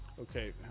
Okay